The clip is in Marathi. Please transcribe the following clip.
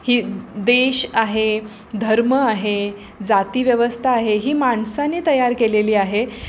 ही देश आहे धर्म आहे जातिव्यवस्था आहे ही माणसाने तयार केलेली आहे